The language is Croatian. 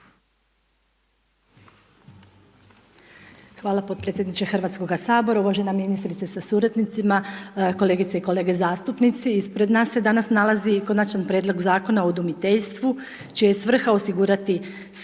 Hvala potpredsjedniče Hrvatskoga sabora, uvažena ministrice sa suradnicima, kolegice i kolege zastupnici. Ispred nas se danas nalazi Konačni prijedlog Zakona o udomiteljstvu čija je svrha osigurati skrb